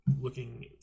looking